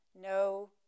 no